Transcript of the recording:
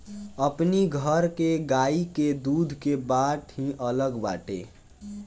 अपनी घर के गाई के दूध के बात ही अलग बाटे